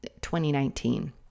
2019